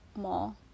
mall